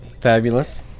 Fabulous